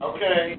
Okay